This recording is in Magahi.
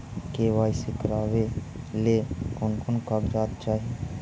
के.वाई.सी करावे ले कोन कोन कागजात चाही?